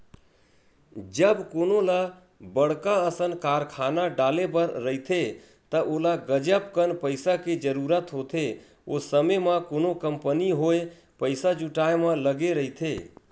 जब कोनो ल बड़का असन कारखाना डाले बर रहिथे त ओला गजब कन पइसा के जरूरत होथे, ओ समे म कोनो कंपनी होय पइसा जुटाय म लगे रहिथे